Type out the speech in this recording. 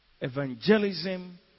evangelism